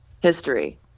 history